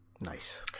Nice